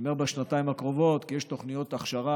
אני אומר "בשנתיים הקרובות", כי יש תוכניות הכשרה